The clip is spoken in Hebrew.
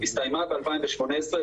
הסתיימה ב-2018,